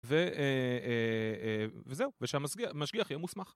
וזהו, ושהמשגיח יהיה מוסמך